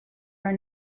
are